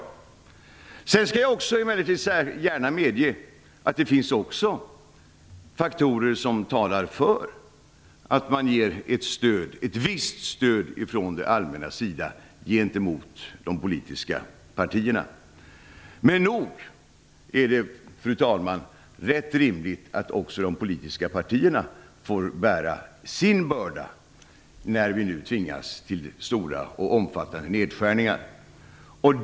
Sedan skall jag emellertid gärna medge att det också finns faktorer som talar för att ett visst stöd ges från det allmännas sida gentemot de politiska partierna. Fru talman! Nog är det rätt så rimligt att också de politiska partierna får bära sin börda när vi nu tvingas till omfattande nedskärnignar.